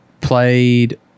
played